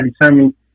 determine